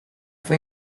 fue